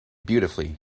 beautifully